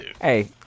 Hey